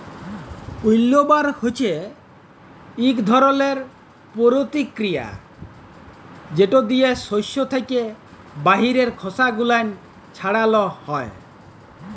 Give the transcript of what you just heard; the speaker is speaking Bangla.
উইল্লবার হছে ইক ধরলের পরতিকিরিয়া যেট দিয়ে সস্য থ্যাকে বাহিরের খসা গুলান ছাড়ালো হয়